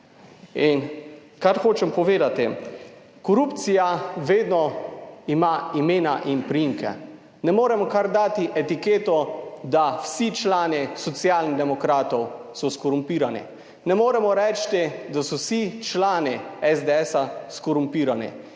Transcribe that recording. In kar hočem povedati, korupcija vedno ima imena in priimke, ne moremo kar dati etiketo, da vsi člani Socialnih demokratov so skorumpirani. Ne moremo reči, da so vsi člani SDS skorumpirani,